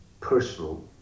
personal